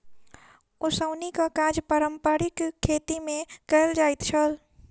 ओसौनीक काज पारंपारिक खेती मे कयल जाइत छल